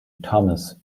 thomas